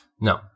No